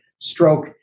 stroke